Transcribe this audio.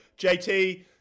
jt